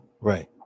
Right